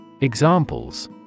Examples